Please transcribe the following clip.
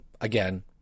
again